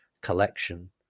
collection